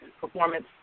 performance